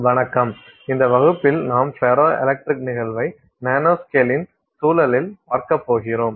வணக்கம் இந்த வகுப்பில் நாம் ஃபெரோ எலக்ட்ரிக் நிகழ்வை நானோஸ்கேலின் சூழலில் பார்க்கப் போகிறோம்